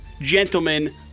gentlemen